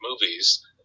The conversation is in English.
movies